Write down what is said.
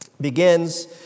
begins